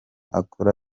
akora